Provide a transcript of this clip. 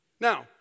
Now